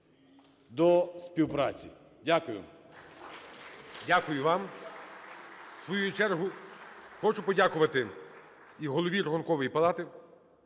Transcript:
До співпраці! Дякую.